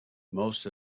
most